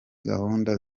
gahunda